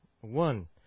One